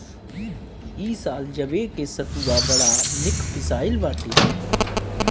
इ साल जवे के सतुआ बड़ा निक पिसाइल बाटे